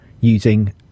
using